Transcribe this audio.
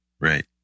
Right